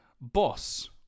Boss